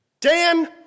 Dan